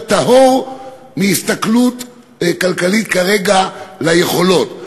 טהור מהסתכלות כלכלית כרגע על היכולות.